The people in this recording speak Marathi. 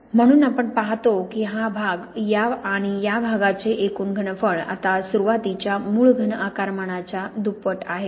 म्हणून आपण पाहतो की हा भाग आणि या भागाचे एकूण घनफळ आता सुरुवातीच्या मूळ घन आकारमानाच्या दुप्पट आहे